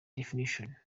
definition